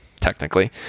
technically